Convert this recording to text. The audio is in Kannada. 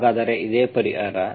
ಹಾಗಾದರೆ ಇದೇ ಪರಿಹಾರ